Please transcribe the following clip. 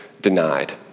denied